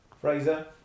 Fraser